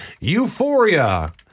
Euphoria